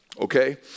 okay